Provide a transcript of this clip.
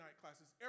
classes